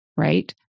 Right